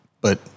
but-